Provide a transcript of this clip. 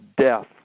death